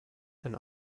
and